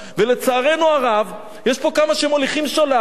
ולצערנו הרב יש פה כמה שמוליכים שולל,